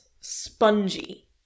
spongy